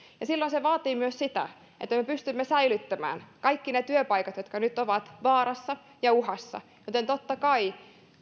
ja silloin se vaatii myös sitä että me pystymme säilyttämään kaikki ne työpaikat jotka nyt ovat vaarassa ja uhassa joten totta kai